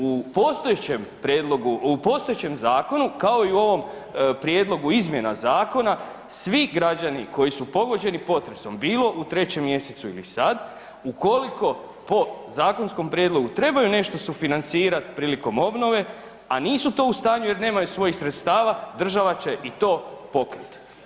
U postojećem prijedlogu, u postojećem zakonu kao i u ovom prijedlogu izmjena zakona svi građani koji su pogođeni potresom bilo u 3. mjesecu ili sad ukoliko po zakonskom prijedlogu trebaju nešto sufinancirati prilikom obnove, a nisu to u stanju jer nemaju svojih sredstava država će i to pokriti.